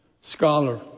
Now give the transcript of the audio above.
scholar